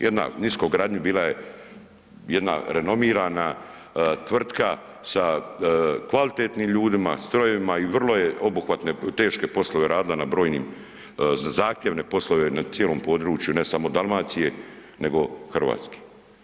Jedna niskogradnja bila je renomirana tvrtka sa kvalitetnim ljudima, strojevima i vrlo je obuhvatne teške poslove radila na brojnim, zahtjevne poslove na cijelom području ne samo Dalmacije, nego RH.